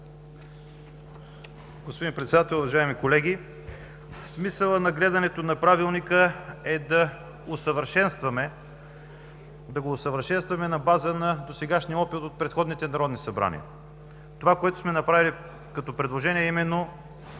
Господин Председател, уважаеми колеги, смисълът на гледането на Правилника е да го усъвършенстваме на база на досегашния опит от предходните народни събрания. Това, което сме направили като предложение, именно